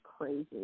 crazy